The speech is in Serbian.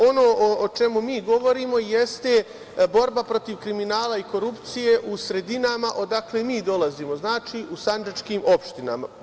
Ono o čemu mi govorimo jeste borba protiv kriminala i korupcije u sredinama odakle mi dolazimo, znači u sandžačkim opštinama.